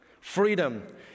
freedom